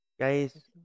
Guys